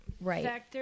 right